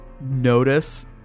notice